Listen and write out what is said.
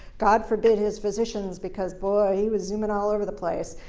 god forbid his physicians because, boy, he was zooming all over the place,